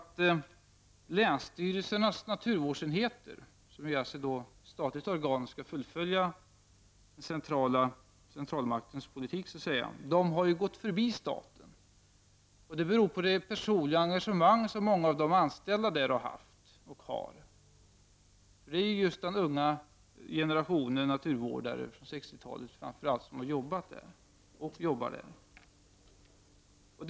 Länsstyrelsernas naturvårdsenheter, som alltså är statliga organ och som så att säga skall fullfölja centralmaktens politik, har ju gått förbi staten. Det beror på det personliga engagemang som många av de anställda där har haft och har. Det är just den unga generationen naturvårdare från 60-talet, framför allt, som har jobbat och jobbar på dessa enheter.